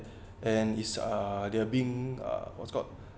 and is uh they being uh what's called